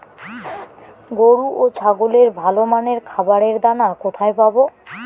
গরু ও ছাগলের ভালো মানের খাবারের দানা কোথায় পাবো?